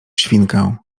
świnkę